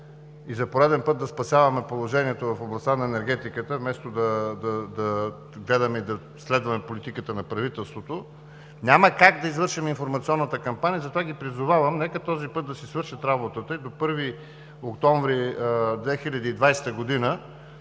и за пореден път да спасяваме положението в областта на енергетиката, вместо да гледаме и да следваме политиката на правителството, няма как да извършим информационната кампания. Затова ги призовавам: нека този път да си свършат работата и до 1 октомври 2020 г. да